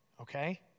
Okay